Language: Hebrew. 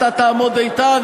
אתה תעמוד איתן,